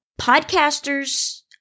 Podcasters